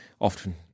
often